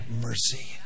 mercy